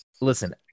Listen